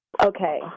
Okay